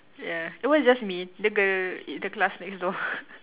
ya it was just me the girl the classmates though